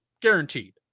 Guaranteed